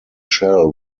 shell